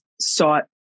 sought